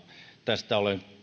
tästä olen